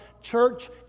Church